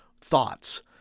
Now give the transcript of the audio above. thoughts